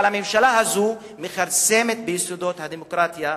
אבל הממשלה הזו מכרסמת ביסודות הדמוקרטיה.